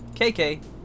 KK